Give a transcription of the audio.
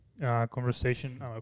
conversation